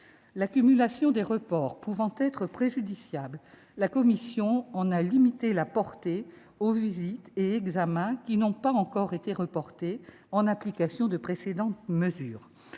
L'accumulation des reports pouvant être préjudiciable, la commission a limité la portée de cette disposition aux visites et examens qui n'ont pas encore été reportés en application de précédentes mesures.